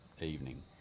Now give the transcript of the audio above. evening